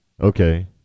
Okay